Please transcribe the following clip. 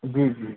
जी जी